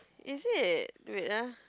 is it wait ah